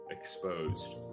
exposed